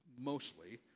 mostly